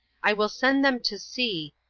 i will send them to sea,